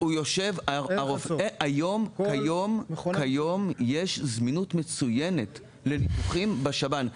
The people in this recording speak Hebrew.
יהיה, כיום יש זמינות מצוינת לניתוחים בשב"ן.